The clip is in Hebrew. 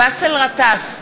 באסל גטאס,